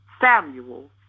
Samuel